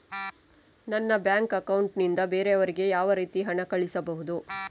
ನನ್ನ bank account ನಿಂದ ಬೇರೆಯವರಿಗೆ ಯಾವ ರೀತಿ ಹಣ ಕಳಿಸಬಹುದು?